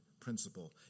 principle